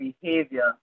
behavior